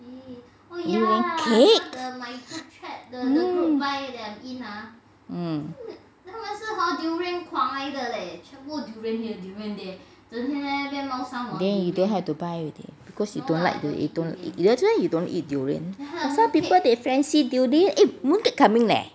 durian cake mm then you don't have to buy already cause you don't like to eat actually you don't like to eat that's why people they fancy durian eh mooncake coming leh